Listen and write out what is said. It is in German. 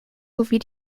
sowie